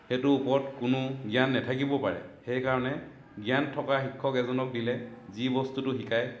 সেইটো ওপৰত কোনো জ্ঞান নাথাকিবও পাৰে সেইকাৰণে জ্ঞান থকা শিক্ষক এজনক দিলে যি বস্তুটো শিকায়